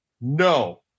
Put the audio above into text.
No